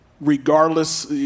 regardless